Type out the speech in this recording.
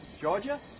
Georgia